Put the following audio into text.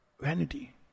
Vanity